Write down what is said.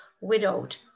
widowed